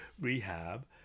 rehab